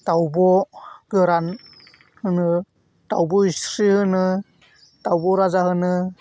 दाउब' गोरान होनो दाउब'इस्रि होनो दाउब' राजा होनो